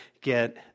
get